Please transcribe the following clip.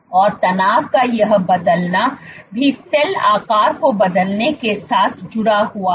और तनाव का यह बदलना भी सेल आकार को बदलने के साथ जुड़ा हुआ है